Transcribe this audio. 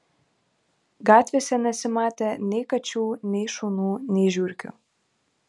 gatvėse nesimatė nei kačių nei šunų nei žiurkių